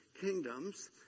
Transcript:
kingdoms